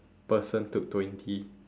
person took twenty